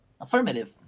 Affirmative